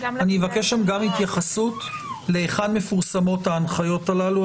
אני אבקש שם גם התייחסות היכן מפורסמות ההנחיות הללו.